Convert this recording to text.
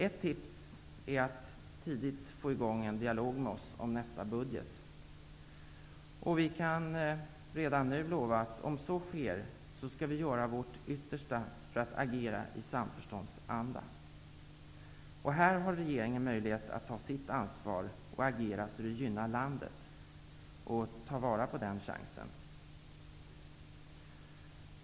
Ett tips till regeringen är att tidigt se till att få i gång en dialog med oss om nästa budget. Vi kan redan nu lova att vi om så sker skall göra vårt yttersta för att agera i samförståndsanda. Här har regeringen möjlighet att ta sitt ansvar och agera så att det gynnar landet. Ta vara på den chansen!